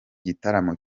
gitaramo